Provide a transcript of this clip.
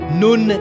nun